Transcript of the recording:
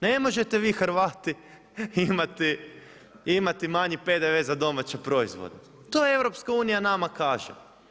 Ne možete vi Hrvati imati manji PDV za domaće proizvode, to EU nama kaže.